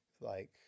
like-